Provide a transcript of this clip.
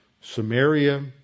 Samaria